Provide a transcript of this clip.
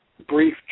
Brief